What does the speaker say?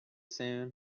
soon